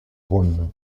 rhône